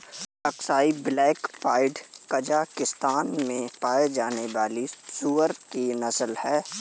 Aksai black pied Kazakhstan में पाया जाने वाली सूअर की नस्ल है